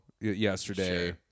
yesterday